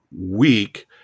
week